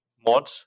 mod